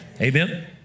Amen